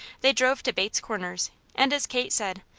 they drove to bates corners and as kate said,